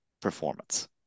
performance